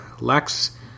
Lex